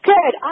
Good